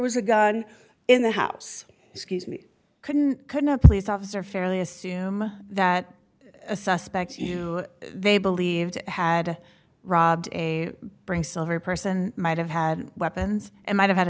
was a gun in the house scuse me couldn't couldn't a police officer fairly assume that a suspect they believed had robbed a bring silver person might have had weapons and might have had